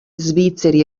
svizzeri